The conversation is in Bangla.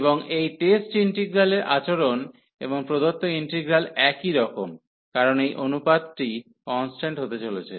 এবং এই টেস্ট ইন্টিগ্রালের আচরণ এবং প্রদত্ত ইন্টিগ্রাল একই রকম কারণ এই অনুপাতটি কন্সট্যান্ট হতে চলেছে